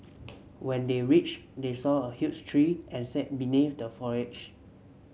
when they reach they saw a huge tree and sat beneath the foliage